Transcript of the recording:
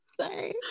Sorry